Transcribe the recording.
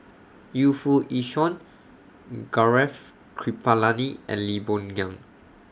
Yu Foo Yee Shoon Gaurav Kripalani and Lee Boon Ngan